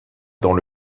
dans